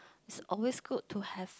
is always good to have